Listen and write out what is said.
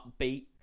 upbeat